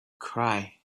cry